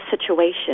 situation